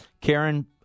Karen